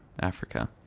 Africa